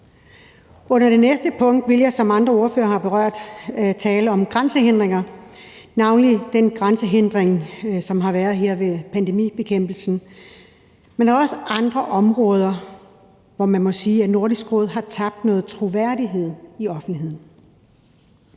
Under det næste punkt vil jeg tale om noget, som andre ordførere har berørt, nemlig grænsehindringer, navnlig den grænsehindring, som har været her ved pandemibekæmpelsen. Men der er også andre områder, hvor man må sige at Nordisk Råd har tabt noget troværdighed i offentligheden.